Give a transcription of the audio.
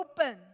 open